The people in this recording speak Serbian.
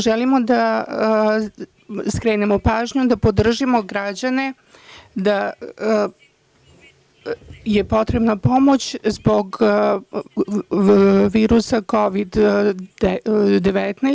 Želimo da skrenemo pažnju na to da podržavamo građane, jer je potrebna pomoć zbog virusa, Kovid 19.